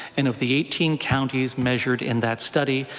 and of the eighteen counties measured in that study,